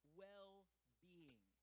well-being